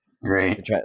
Right